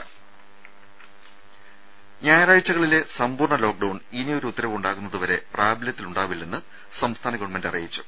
രുഭ ഞായറാഴ്ചകളിലെ സമ്പൂർണ്ണ ലോക്ഡൌൺ ഇനിയൊരു ഉത്തരവ് ഉണ്ടാകുന്നതുവരെ പ്രാബല്യത്തിൽ ഉണ്ടാവില്ലെന്ന് സംസ്ഥാന ഗവൺമെന്റ് അറിയിച്ചു